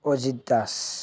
Ajit Das